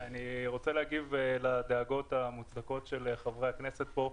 אני רוצה להגיב לדאגות המוצדקות של חברי הכנסת פה,